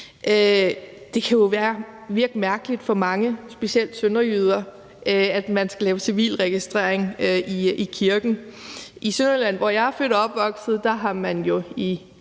Det kan jo virke mærkeligt for mange, specielt sønderjyder, at man laver civilregistrering i kirken. I Sønderjylland, hvor jeg er født og opvokset, har man jo i